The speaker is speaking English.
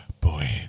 Boy